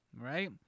right